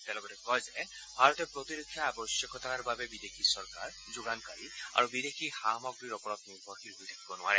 তেওঁ লগতে কয় যে ভাৰতে প্ৰতিৰক্ষা আৱশ্যকতাৰ বাবে বিদেশী চৰকাৰ যোগানকাৰী আৰু বিদেশী সা সামগ্ৰীৰ ওপৰত নিৰ্ভৰশীল হৈ থাকিব নোৱাৰে